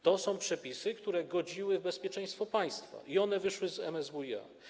To są przepisy, które godziły w bezpieczeństwo państwa, i one wyszły z MSWiA.